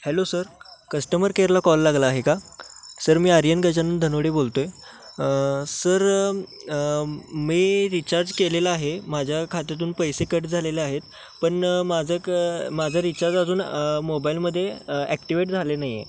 hello sir customer केअरला call लागला आहे का सर मी आर्यन गजानन धनवडे बोलतो आहे सर मी रिचार्ज केलेला आहे माझ्या खात्यातून पैसे कट झालेले आहेत पण माझं क माझा रिचार्ज अजून मोबाईलमध्ये ॲक्टिवेट झाले नाही आहे